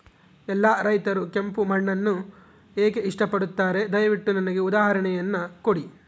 ಎಲ್ಲಾ ರೈತರು ಕೆಂಪು ಮಣ್ಣನ್ನು ಏಕೆ ಇಷ್ಟಪಡುತ್ತಾರೆ ದಯವಿಟ್ಟು ನನಗೆ ಉದಾಹರಣೆಯನ್ನ ಕೊಡಿ?